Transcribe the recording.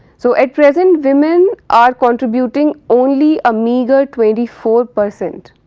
so, at present women are contributing only a meagre twenty four percent